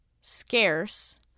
scarce